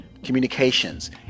communications